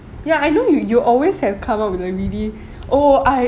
ya I know you you always have come up with a really oh I